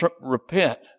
repent